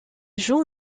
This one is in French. joue